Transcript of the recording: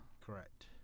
Correct